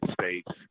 States